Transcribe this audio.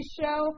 show